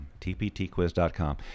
tptquiz.com